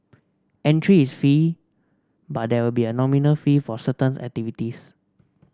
entry is free but there will be a nominal fee for certain activities